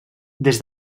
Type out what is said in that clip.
des